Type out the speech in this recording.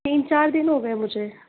तीन चार दिन हो गए मुझे